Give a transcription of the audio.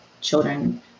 children